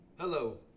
Hello